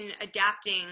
adapting